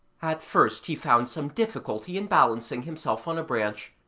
at first he found some difficulty in balancing himself on a branch,